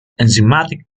enzymatic